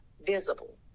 visible